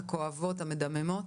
הכואבות והמדממות,